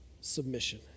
submission